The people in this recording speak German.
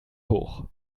hoch